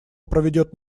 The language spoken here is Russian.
проведет